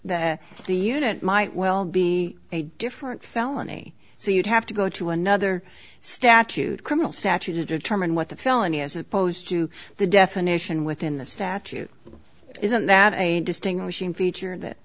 that the unit might well be a different felony so you'd have to go to another statute criminal statute to determine what the felony as opposed to the definition within the statute isn't that a distinguishing feature in that